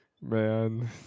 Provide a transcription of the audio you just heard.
Man